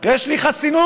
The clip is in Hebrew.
יש לי חסינות,